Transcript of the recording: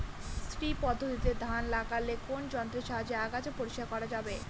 শ্রী পদ্ধতিতে ধান লাগালে কোন যন্ত্রের সাহায্যে আগাছা পরিষ্কার করা যাবে?